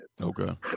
Okay